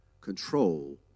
Control